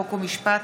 חוק ומשפט